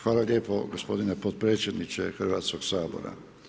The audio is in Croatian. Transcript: Hvala lijepo gospodine potpredsjedniče Hrvatskog sabora.